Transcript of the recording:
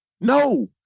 No